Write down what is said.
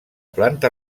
planta